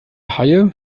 haie